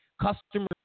customer